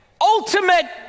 ultimate